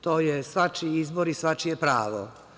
To je svačiji izbor i svačije pravo.